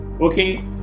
okay